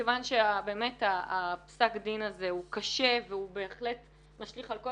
מכוון שבאמת פסק הדין הזה הוא קשה והוא בהחלט משליך על כל